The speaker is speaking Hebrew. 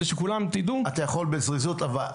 בזריזות.